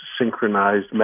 synchronized